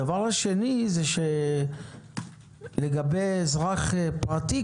הדבר השני לגבי אזרח פרטי,